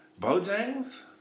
Bojangles